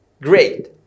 great